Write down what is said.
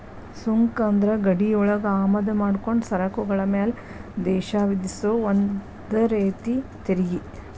ಸುಂಕ ಅಂದ್ರ ಗಡಿಯೊಳಗ ಆಮದ ಮಾಡ್ಕೊಂಡ ಸರಕುಗಳ ಮ್ಯಾಲೆ ದೇಶ ವಿಧಿಸೊ ಒಂದ ರೇತಿ ತೆರಿಗಿ